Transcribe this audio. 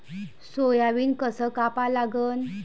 Soybean कस कापा लागन?